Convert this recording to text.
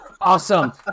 Awesome